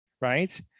right